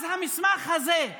אז המסמך הזה,